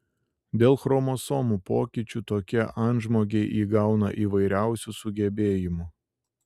dėl chromosomų pokyčių tokie antžmogiai įgauna įvairiausių sugebėjimų